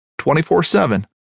24-7